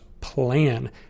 plan